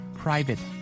private